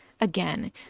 Again